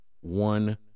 one